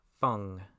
Fung